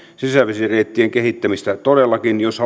sisävesireittien kehittämistä jos